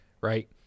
right